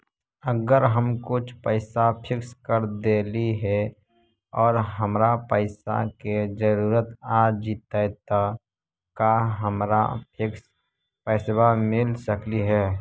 अगर हम कुछ पैसा फिक्स कर देली हे और हमरा पैसा के जरुरत आ जितै त का हमरा फिक्स पैसबा मिल सकले हे?